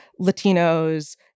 Latinos